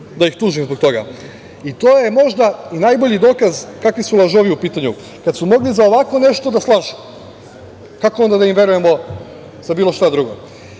da ih tužim zbog toga. To je, možda, i najbolji dokaz kakvi su lažovi u pitanju. Kad su mogli za ovako nešto da slažu, kako onda da im verujemo za bilo šta drugo? Na